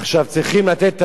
צריכים לתת את הדעת,